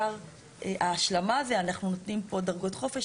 אנחנו נותנים פה דרגות חופש,